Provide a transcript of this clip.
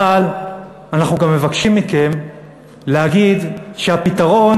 אבל אנחנו מבקשים מכם להגיד שהפתרון